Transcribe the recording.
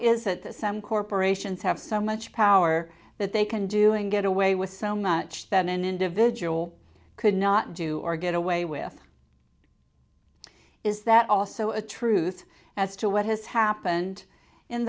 it that some corporations have so much power that they can doing get away with so much that an individual could not do or get away with is that also a truth as to what has happened in